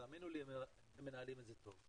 תאמינו לי שהם מנהלים את זה טוב,